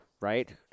right